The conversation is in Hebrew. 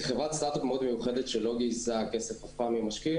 כחברת סטארטאפ מאוד מיוחדת שלא גייסה כסף אף פעם ממשקיעים,